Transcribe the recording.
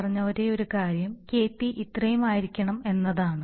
പറഞ്ഞ ഒരേയൊരു കാര്യം Kp കെപി ഇത്രയും ആയിരിക്കണം എന്നതാണ്